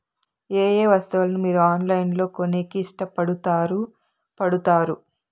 ఏయే వస్తువులను మీరు ఆన్లైన్ లో కొనేకి ఇష్టపడుతారు పడుతారు?